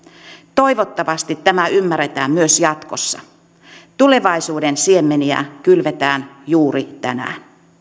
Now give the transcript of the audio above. toivottavasti tämä ymmärretään myös jatkossa tulevaisuuden siemeniä kylvetään juuri tänään